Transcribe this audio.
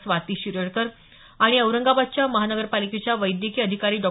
स्वाती शिरडकर आणि औरंगाबाद महानगरपालिकेच्या वैद्यकीय अधिकारी डॉ